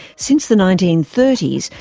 since the nineteen thirty s,